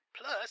plus